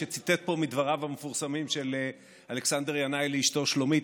שציטט פה מדבריו המפורסמים של אלכסנדר ינאי לאשתו שלומית.